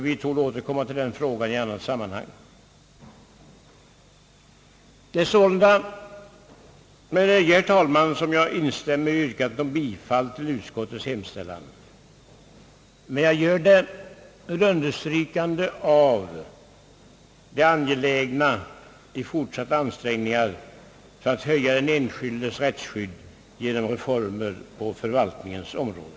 Vi torde återkomma till den frågan i annat sammanhang. Det är sålunda med nöje, herr talman, som jag instämmer i yrkandet om bifall till utskottets hemställan. Men jag gör det med understrykande av det angelägna i fortsatta ansträngningar för att öka den enskildes rättsskydd genom reformer på förvaltningens område.